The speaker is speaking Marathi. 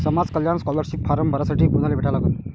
समाज कल्याणचा स्कॉलरशिप फारम भरासाठी कुनाले भेटा लागन?